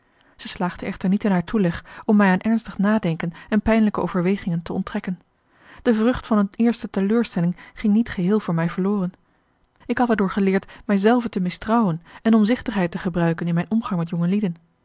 zij slaagde echter niet in haar toeleg om mij aan ernstig nadenken en pijnlijke overwegingen te onttrekken de vrucht van eene eerste teleurstelling ging niet geheel voor mij verloren ik had er door geleerd mij zelve te mistrouwen en omzichtigheid te gebruiken in mijn omgang met jongelieden